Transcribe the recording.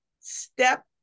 step